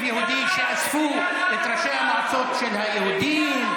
יהודי אספו את ראשי המועצות של היהודים,